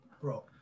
Bro